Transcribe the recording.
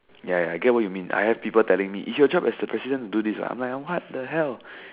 ya ya I get what you mean I have people telling me it's your job as a president to do this I'm like what the hell